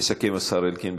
יסכם השר אלקין.